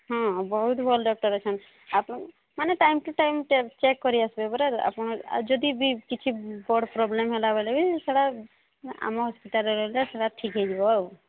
ହଁ ବହୁତ ଭଲ ଡକ୍ଟର୍ ଅଛନ୍ତି ମାନେ ଟାଇମ୍କୁ ଟାଇମ୍ ଚେକ୍ କରି ଆସିବେ ପୁରା ଆପଣ ଯଦି ବି କିଛି ବଡ଼ ପ୍ରୋବ୍ଲେମ୍ ହେଲା ବୋଲେ ବି ସେଟା ଆମ ହସ୍ପିଟାଲ୍ରେ ରହିଲେ ସେଇଟା ଠିକ୍ ହୋଇଯିବ